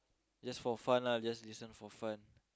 just for fun lah just listen for fun